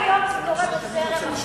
גם היום זה קורה, בטרם החוק.